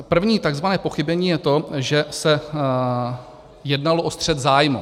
První takzvané pochybení je to, že se jednalo o střet zájmu.